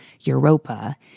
Europa